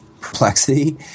perplexity